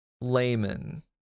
layman